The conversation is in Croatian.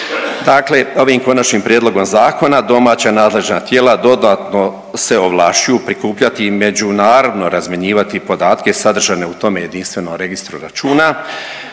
Dakle, ovim Konačnim prijedlogom zakona domaća nadležna tijela dodatno se ovlašćuju prikupljati i međunarodno razmjenjivati podatke sadržane u tome Jedinstvenom registru računa